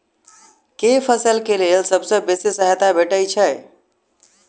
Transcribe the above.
केँ फसल केँ लेल सबसँ बेसी सहायता भेटय छै?